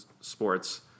Sports